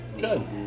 Good